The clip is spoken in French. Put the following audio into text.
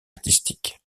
artistiques